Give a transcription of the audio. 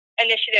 initiative